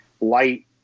light